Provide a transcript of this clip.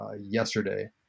yesterday